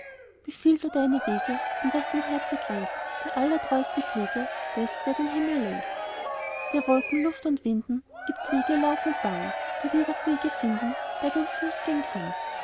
befiehl du deine wege und was dein herze kränkt der allertreusten pflege des der den himmel lenkt der wolken luft und winden gibt wege lauf und bahn der wird auch wege finden da dein fuß gehen kann